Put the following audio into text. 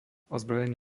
ozbrojený